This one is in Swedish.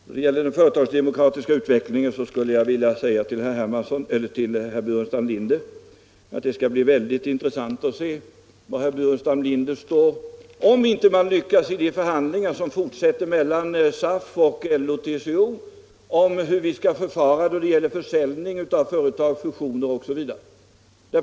Då det gäller den företagsdemokratiska utvecklingen vill jag säga till herr Burenstam Linder, att det skall bli väldigt intressant att se var herr Burenstam Linder står om man i de förhandlingar som fortsätter mellan SAF, LO och TCO inte lyckas lösa frågan hur vi skall förfara vid försäljning av företag, fusioner osv.